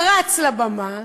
פרץ לבמה,